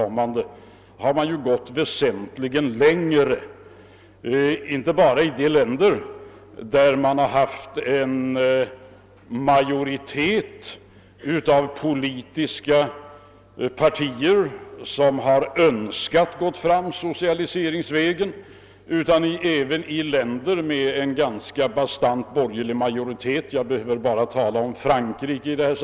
Man har gått väsentligt längre i andra länder där frågan varit aktuell — inte bara i länder där en majoritet inom de politiska partierna önskat gå fram socialiseringsvägen, utan även i länder med en ganska bastant borgerlig majoritet, exempelvis Frankrike.